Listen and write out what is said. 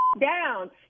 down